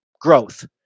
growth